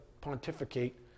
pontificate